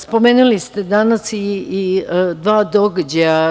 Spomenuli ste danas i dva događaja.